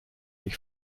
ich